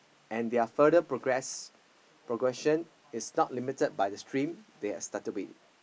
and their further progress progression is not limited by the stream they are started with